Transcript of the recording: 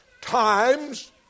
Times